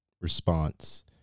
response